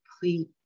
complete